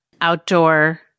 outdoor